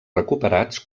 recuperats